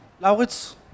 lauritz